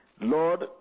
Lord